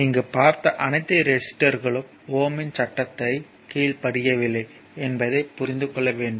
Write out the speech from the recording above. இங்கு பார்த்த அனைத்து ரெசிஸ்டர்களும் ஓம் இன் சட்டத்தை Ohm's Law கீழ்ப்படியவில்லை என்பதைப் புரிந்துக் கொள்ள வேண்டும்